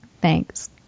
thanks